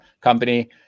company